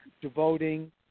devoting